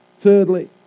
Thirdly